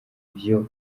vyo